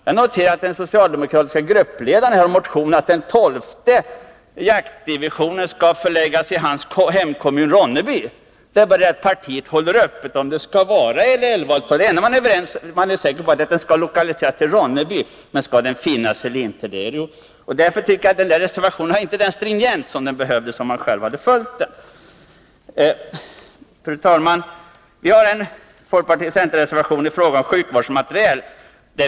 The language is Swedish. Jag noterar att den socialdemokratiska gruppledaren i en motion yrkar att den tolfte jaktdivisionen skall förläggas till hans hemkommun Ronneby. Partiet håller frågan öppen om det skall finnas elva eller tolv jaktdivisioner. Det enda man är överens om är att den tolfte skall förläggas till Ronneby. Därför tycker jag att den reservationen inte har den stringens som den borde ha haft. Fru talman! Vi har en folkpartioch centerreservation i fråga om sjukvårdsmateriel.